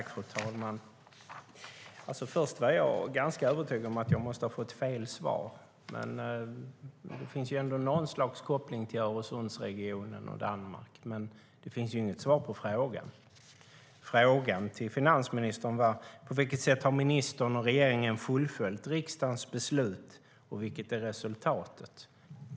Fru talman! Först var jag övertygad om att jag hade fått fel svar. Visserligen finns det något slags koppling till Öresundsregionen och Danmark, men det finns inget svar på min fråga. Min fråga till finansministern var: På vilket sätt har ministern och regeringen fullföljt riksdagens beslut, och vilket är resultatet?